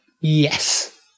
Yes